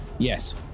Yes